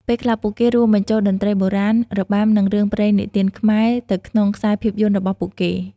ពេលខ្លះ ពួកគេរួមបញ្ចូលតន្ត្រីបុរាណ របាំ និងរឿងព្រេងនិទានខ្មែរទៅក្នុងខ្សែភាពយន្តរបស់ពួកគេ។